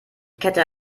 kette